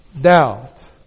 doubt